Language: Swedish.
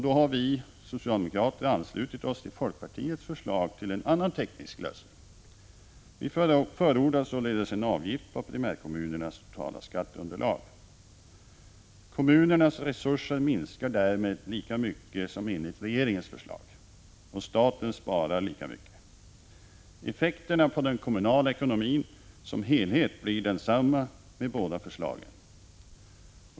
Då har vi socialdemokrater anslutit oss till folkpartiets förslag till en annan teknisk lösning. Vi förordar således en avgift på primärkommunernas totala skatteunderlag. Kommunernas resurser minskar därmed lika mycket som enligt regeringens förslag, och staten sparar lika mycket. Effekterna för den kommunala ekonomin som helhet blir desamma med båda förslagen.